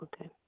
Okay